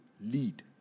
lead